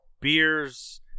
beers